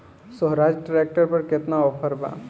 सोहराज tractor पर केतना offer बा?